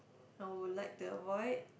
I would like to avoid